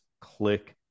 click